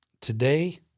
Today